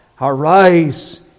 arise